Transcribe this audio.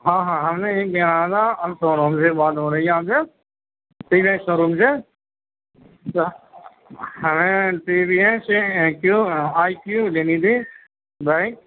ہاں ہاں ہم نے ہی لیا تھا شو روم سے بات ہو رہی ہے آپ سے پی کے شو روم سے ہمیں اے کیو آئی کیو لینی تھی بینک